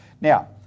Now